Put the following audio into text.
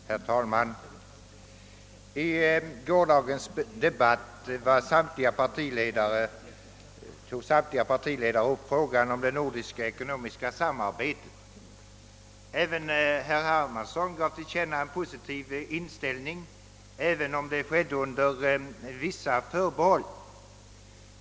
Herr talman! I gårdagens debatt tog samtliga partiledare upp frågan om det nordiska ekonomiska samarbetet. även herr Hermansson gav till känna en positiv inställning — visserligen under vissa förbehåll.